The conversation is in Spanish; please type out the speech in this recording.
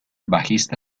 bajista